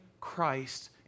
Christ